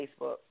Facebook